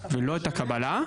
ולא את הקבלה.